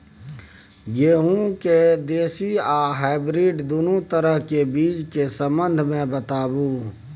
गेहूँ के देसी आ हाइब्रिड दुनू तरह के बीज के संबंध मे बताबू?